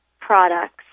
products